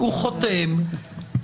הוא חותם.